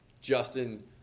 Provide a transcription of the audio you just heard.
Justin